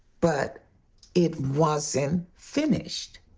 but it wasn't finished.